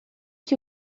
que